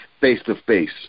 face-to-face